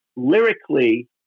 lyrically